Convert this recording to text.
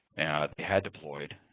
and they had deployed.